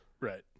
Right